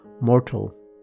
mortal